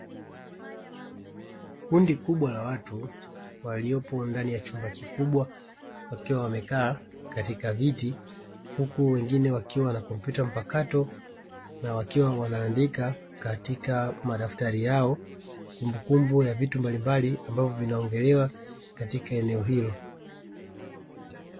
Kundi kubwa la watu waliopo ndani ya chumba kikubwa wakiwa wamekaa katika viti. Huku wengine wakiwa na kompyuta mpakato na wakiwa wanaandika katika madaftari yao kumbukumbu ya vitu mbalimbali ambavyo vinaongelewa katika eneo hilo.